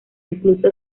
incluso